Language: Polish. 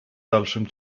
dalszym